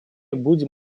будем